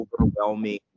Overwhelming